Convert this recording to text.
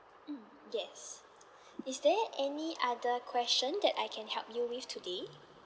mm yes is there any other question that I can help you with today